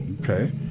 Okay